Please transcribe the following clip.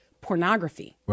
pornography